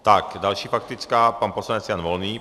Tak, další faktická pan poslanec Jan Volný.